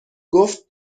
گفت